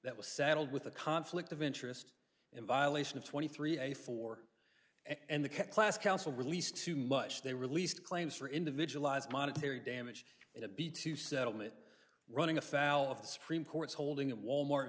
that was saddled with a conflict of interest in violation of twenty three a four and the class council release too much they released claims for individualized monetary damage in a b two settlement running afoul of the supreme court's holding that wal mart